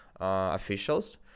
officials